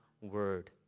word